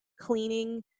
cleaning